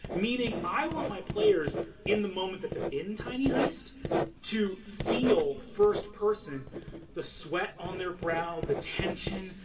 meaning i want my players in the moment that they're in tiny heist to feel first-person the sweat on their brow, the tension,